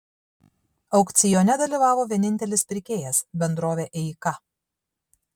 aukcione dalyvavo vienintelis pirkėjas bendrovė eika